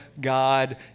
God